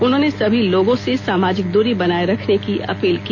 उन्होंने सभी लोगों से सामाजिक दूरी बनाये रखने की अपील की